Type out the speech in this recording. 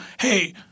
hey